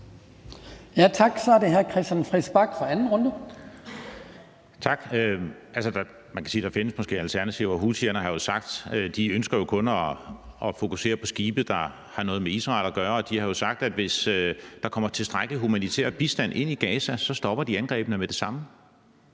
Kl. 10:06 Christian Friis Bach (RV): Tak. Man kan sige, at der måske findes alternativer. Houthierne har jo sagt, at de kun ønsker at fokusere på skibe, der har noget med Israel at gøre. De har jo sagt, at hvis der kommer tilstrækkelig humanitær bistand ind i Gaza, stopper de angrebene med det samme.